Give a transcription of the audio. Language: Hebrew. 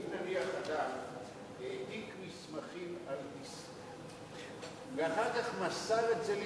אם נניח אדם העתיק מסמכים על דיסקט ואחר כך מסר את זה לעיתונאים,